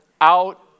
Out